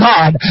God